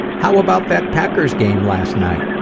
how about that packer's game last night!